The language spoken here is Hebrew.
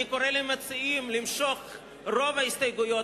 אני קורא למציעים למשוך את רוב ההסתייגויות